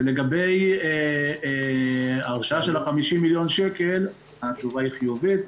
ולגבי הרשאה של ה-50 מיליון שקל התשובה היא חיובית.